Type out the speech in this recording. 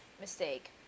Mistake